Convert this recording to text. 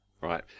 right